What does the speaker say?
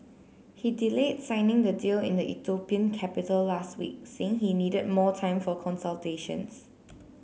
he delay signing the deal in the Ethiopian capital last week saying he needed more time for consultations